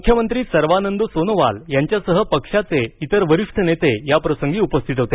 मुख्यमंत्री सर्वानंद सोनोवाल यांच्यासह पक्षाचे इतर वरिष्ठ नेते या प्रसंगी उपस्थित होते